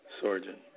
Sergeant